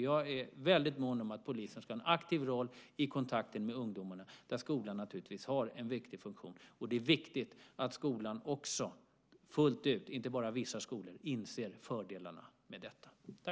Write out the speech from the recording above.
Jag är väldigt mån om att polisen ska ha en aktiv roll i kontakten med ungdomarna, där skolan naturligtvis har en viktig funktion. Och det är viktigt att skolan också fullt ut, inte bara vissa skolor, inser fördelarna med detta.